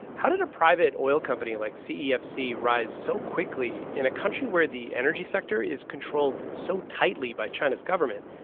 how did a private oil company like cefc rise so quickly in a country where the energy sector is controlled so tightly by china's government?